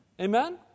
Amen